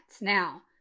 Now